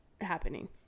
happening